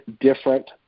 different